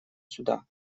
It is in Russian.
сюда